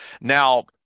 Now